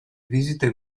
visite